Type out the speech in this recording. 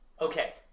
Okay